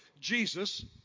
Jesus